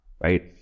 right